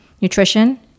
Nutrition